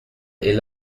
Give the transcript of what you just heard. est